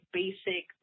basic